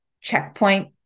checkpoint